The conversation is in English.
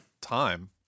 time